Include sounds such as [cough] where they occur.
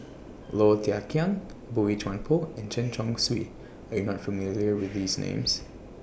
Low Thia Khiang Boey Chuan Poh and Chen Chong Swee YOU Are not familiar [noise] with These Names